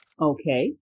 Okay